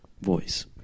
voice